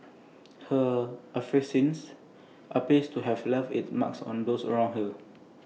her effervescence appears to have left its mark on those around her